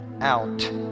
out